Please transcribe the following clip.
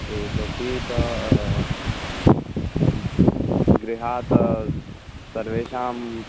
इतोपि ता गृहात् सर्वेषां